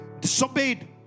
disobeyed